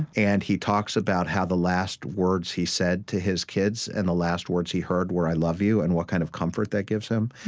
and he talks about how the last words he said to his kids, kids, and the last words he heard, were i love you, and what kind of comfort that gives him.